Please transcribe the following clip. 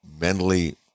mentally